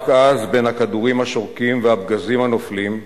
רק אז, בין הכדורים השורקים והפגזים הנופלים,